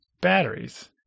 batteries